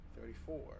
thirty-four